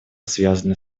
связаны